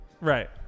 right